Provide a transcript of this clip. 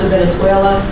Venezuela